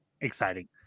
exciting